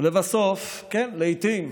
ולבסוף, כן, לעיתים,